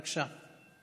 בבקשה.